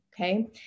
Okay